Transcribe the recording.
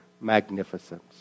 magnificence